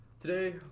today